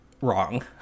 wrong